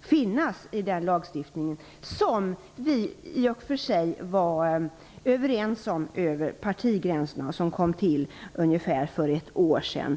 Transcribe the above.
funnits i den lagstiftningen - som vi i och för sig var överens om över partigränserna för ungefär ett år sedan.